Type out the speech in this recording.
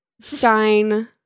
Stein